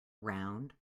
round